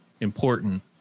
important